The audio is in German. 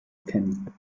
erkennen